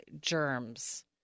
germs